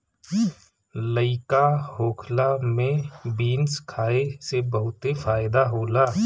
लइका होखला में बीन्स खाए से बहुते फायदा होला